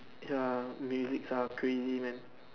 ya musics are crazy man